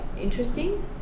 interesting